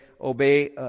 obey